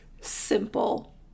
simple